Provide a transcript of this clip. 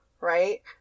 right